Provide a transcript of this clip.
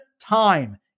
time